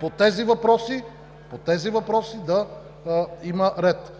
по тези въпроси да има ред.